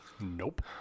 Nope